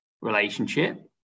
relationship